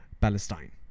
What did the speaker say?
Palestine